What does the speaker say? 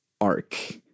arc